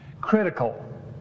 critical